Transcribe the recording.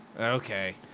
Okay